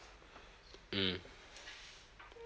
mm